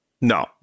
No